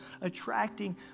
attracting